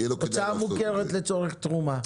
הוצאה מוכרת לצורך תרומה.